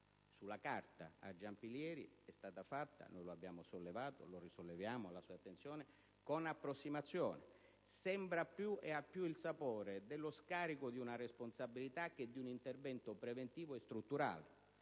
sulla carta per Giampilieri è stata posta in essere - noi l'abbiamo sollevato e lo risolleviamo alla sua attenzione - con approssimazione. Ha più il sapore dello scarico di una responsabilità che di un intervento preventivo e strutturale.